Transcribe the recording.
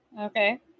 Okay